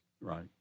Right